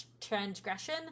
transgression